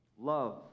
love